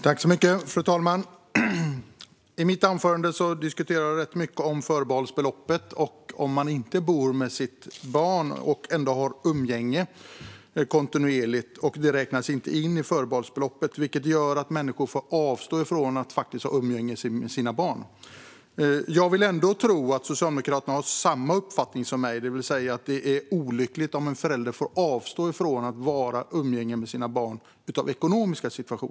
Fru talman! I mitt anförande diskuterade jag en del om förbehållsbeloppet och vad som gäller om man inte bor med sitt barn och ändå har kontinuerligt umgänge. Det räknas inte in i förbehållsbeloppet, vilket gör att människor får avstå ifrån att ha umgänge med sina barn. Jag vill ändå tro att Socialdemokraterna har samma uppfattning som jag, det vill säga att det är olyckligt om en förälder får avstå ifrån umgänge med sina barn av ekonomiska skäl.